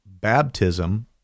baptism